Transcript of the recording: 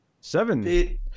seven